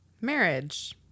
marriage